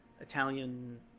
Italian